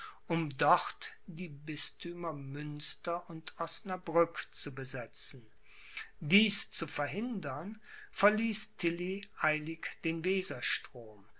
um dort die bisthümer münster und osnabrück zu besetzen dies zu verhindern verließ tilly eilig den